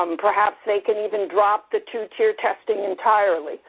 um perhaps they can even drop the two-tier testing entirely,